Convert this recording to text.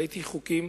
וראיתי חוקים